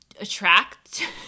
attract